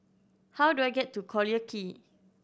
how do I get to Collyer Quay